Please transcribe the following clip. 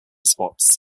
spots